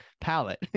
palette